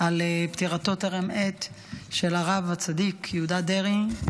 על פטירתו טרם עת של הרב הצדיק יהודה דרעי,